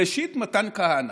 ראשית, מתן כהנא.